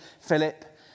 Philip